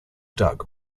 dug